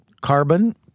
carbon